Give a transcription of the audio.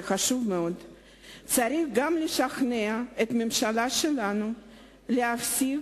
זה חשוב, 2. צריך גם לשכנע את הממשלה שלנו להפסיק